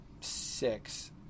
six